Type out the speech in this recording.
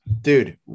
dude